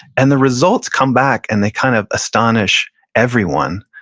and the results come back and they kind of astonish everyone.